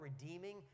redeeming